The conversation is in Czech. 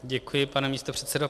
Děkuji, pane místopředsedo.